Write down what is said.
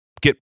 get